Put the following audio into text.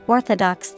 Orthodox